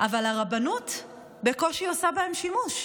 אבל הרבנות בקושי עושה בהן שימוש.